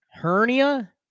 Hernia